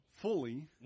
fully